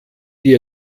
dir